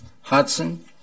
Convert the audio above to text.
Hudson